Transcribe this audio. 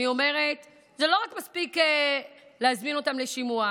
אני אומרות שזה לא מספיק רק להזמין אותן לשימוע,